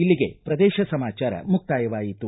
ಇಲ್ಲಿಗೆ ಪ್ರದೇಶ ಸಮಾಚಾರ ಮುಕ್ತಾಯವಾಯಿತು